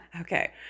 Okay